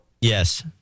Yes